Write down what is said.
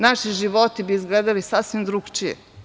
Naši životi bi izgledali sasvim drugačije.